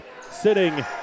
sitting